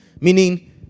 Meaning